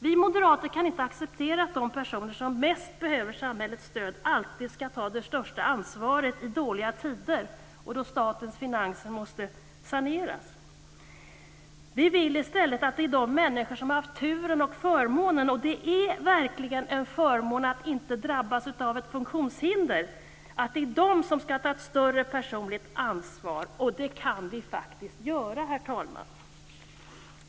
Vi moderater kan inte acceptera att de personer som mest behöver samhällets stöd alltid skall ta de största ansvaret i dåliga tider och då statens finanser måste saneras. Vi menar att det är de människor som haft turen och förmånen att inte drabbas av ett funktionshinder, för det är verkligen en förmån att inte drabbas av något sådant, som i stället skall ta ett större personligt ansvar. Det kan vi ju faktiskt göra, herr talman!